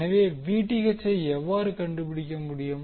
எனவே Vth ஐ எவ்வாறு கண்டுபிடிக்க முடியும்